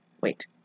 wait